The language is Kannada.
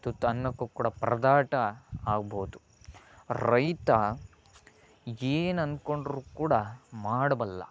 ತುತ್ತು ಅನ್ನಕ್ಕೂ ಕೂಡ ಪರದಾಟ ಆಗ್ಬೋದು ರೈತ ಏನ್ ಅನ್ಕೊಂಡರೂ ಕೂಡ ಮಾಡಬಲ್ಲ